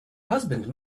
husband